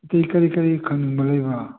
ꯑꯇꯩ ꯀꯔꯤ ꯀꯔꯤ ꯈꯪꯅꯤꯡꯕ ꯂꯩꯕ